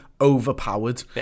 overpowered